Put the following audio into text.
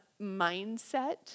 mindset